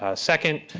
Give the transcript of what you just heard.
ah second,